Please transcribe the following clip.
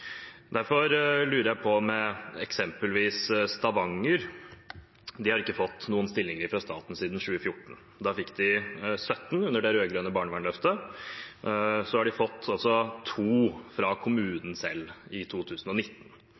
eksempelvis gjelder Stavanger, har ikke de fått noen stillinger fra staten siden 2014, da de fikk 17 under det rød-grønne barnevernsløftet. Så har de fått to fra kommunen selv, i 2019.